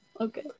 okay